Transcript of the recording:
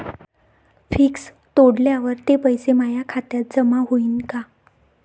Fix तोडल्यावर ते पैसे माया खात्यात जमा होईनं का?